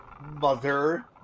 mother